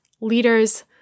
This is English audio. leaders